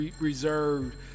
reserved